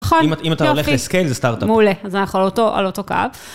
אם אתה הולך לסקייל זה סטארט-אפ. מעולה, אז אנחנו על אותו קאפ.